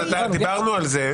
דיברנו על זה.